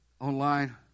online